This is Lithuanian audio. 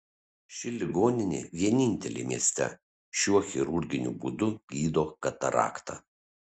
ši ligoninė vienintelė mieste šiuo chirurginiu būdu gydo kataraktą